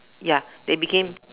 ya they became